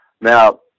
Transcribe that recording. Now